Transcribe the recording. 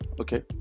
Okay